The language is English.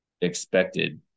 expected